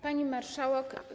Pani Marszałek!